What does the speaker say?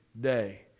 day